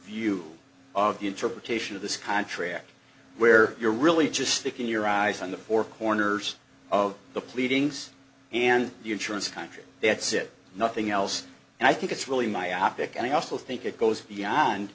view of the interpretation of this contract where you're really just sticking your eyes on the four corners of the pleadings and the insurance country that's it nothing else and i think it's really myopic and i also think it goes beyond